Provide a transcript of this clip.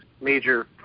major